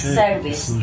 service